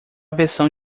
versão